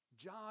John